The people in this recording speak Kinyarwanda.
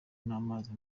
n’amazi